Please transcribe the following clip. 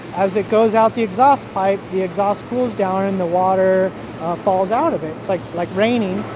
as it goes out the exhaust pipe, the exhaust cools down, and the water falls out of it. it's like like raining.